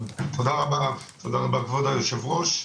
תודה רבה, כבוד היו"ר.